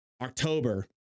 October